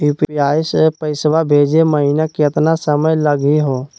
UPI स पैसवा भेजै महिना केतना समय लगही हो?